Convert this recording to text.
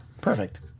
Perfect